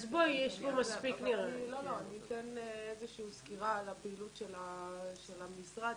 אני אתן איזושהי סקירה על הפעילות של המשרד,